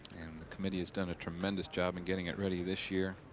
the committee has done a tremendous job and getting it ready this year.